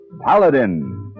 Paladin